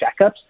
checkups